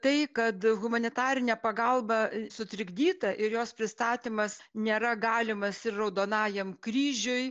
tai kad humanitarinė pagalba sutrikdyta ir jos pristatymas nėra galimas ir raudonajam kryžiui